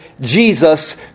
Jesus